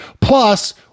Plus